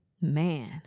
Man